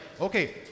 okay